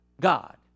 God